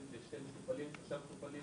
יש לי איזה שני מטופלים או שלושה מטופלים,